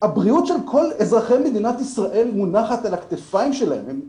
של כל אזרחי מדינת ישראל מונחת על הכתפיים שלהם.